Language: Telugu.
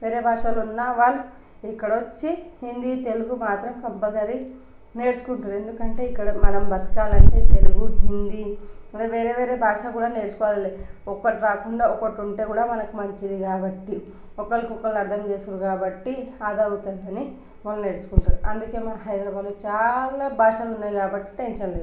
వేరే భాషలు ఉన్న వాళ్ళు ఇక్కడ వచ్చి హిందీ తెలుగు మాత్రం కంపల్సరీ నేర్చుకుంటారు ఎందుకంటే ఇక్కడ మనం బతకాలి అంటే తెలుగు హిందీ ఇంకా వేరే వేరే భాష కూడా నేర్చుకోవాలి ఒకటి రాకుండా ఒకటి ఉంటే కూడా మనకి మంచిది కాబట్టి ఒకరిని ఒకరు అర్థం చేసుకుంటారు కాబట్టి అది అవుతుంది అని వాళ్ళు నేర్చుకుంటారు అందుకే మన హైదరాబాదులో చాలా భాషలు ఉన్నాయి కాబట్టి టెన్షన్ లేదు